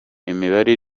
imibare